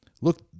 look